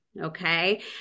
okay